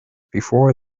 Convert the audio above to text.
before